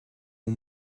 aux